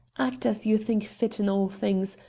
act as you think fit in all things,